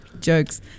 Jokes